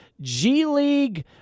G-League